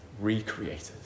recreated